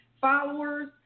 followers